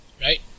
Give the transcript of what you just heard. right